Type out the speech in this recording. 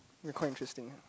ya quite interesting ah